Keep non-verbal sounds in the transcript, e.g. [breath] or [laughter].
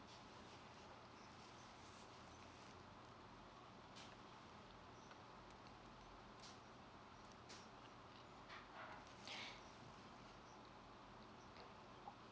[breath]